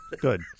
good